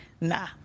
nah